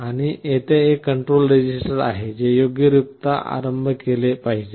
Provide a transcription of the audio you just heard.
आणि तेथे एक कंटोल रजिस्टर आहे जे योग्य रित्या आरंभ केले पाहिजे